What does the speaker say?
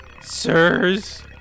Sirs